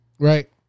Right